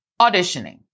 auditioning